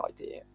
idea